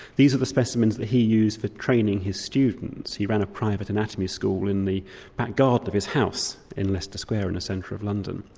these are the specimens that he used for training his students he ran a private anatomy school in the back garden of his house in leicester square in the centre of london.